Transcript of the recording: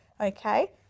okay